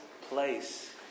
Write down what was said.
place